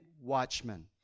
watchmen